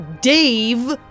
Dave